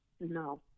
No